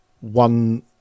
one